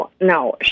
no